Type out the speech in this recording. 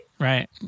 Right